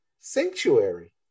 Sanctuary